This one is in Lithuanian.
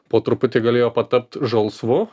po truputį galėjo patapt žalsvu